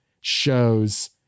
shows